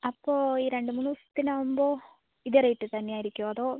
അപ്പോൾ ഈ രണ്ട് മൂന്ന് ദിവസത്തിനാകുമ്പോൾ ഇതേ റേറ്റ് തന്നെ ആയിരിക്കുമോ അതോ